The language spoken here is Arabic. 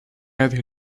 هذه